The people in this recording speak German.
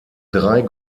drei